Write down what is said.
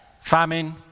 Famine